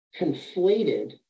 conflated